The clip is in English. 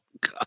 God